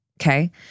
okay